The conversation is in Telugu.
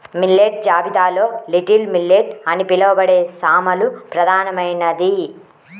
మిల్లెట్ జాబితాలో లిటిల్ మిల్లెట్ అని పిలవబడే సామలు ప్రధానమైనది